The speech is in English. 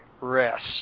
rest